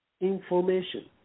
information